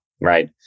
Right